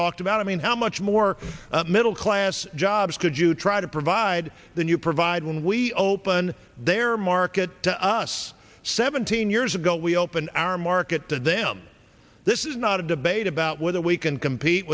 talked about i mean how much more middle class jobs could you try to provide than you provide when we open their market to us seventeen years ago we opened our market to them this is not a debate about whether we can compete